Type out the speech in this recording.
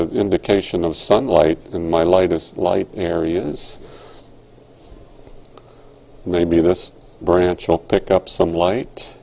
of indication of sunlight in my lightest light areas maybe this branch will pick up some light